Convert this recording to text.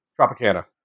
Tropicana